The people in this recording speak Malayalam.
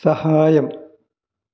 സഹായം